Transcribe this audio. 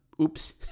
Oops